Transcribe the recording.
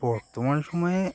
বর্তমান সময়ে